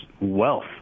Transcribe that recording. wealth